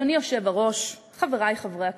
היושב-ראש, חברי חברי הכנסת,